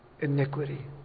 iniquity